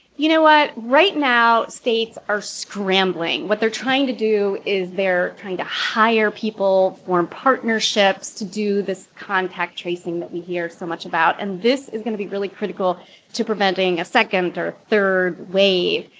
you know what? right now states are scrambling. what they're trying to do is they're trying to hire people, form partnerships to do this contact tracing that we hear so much about. and this is going to be really critical to preventing a second or third wave.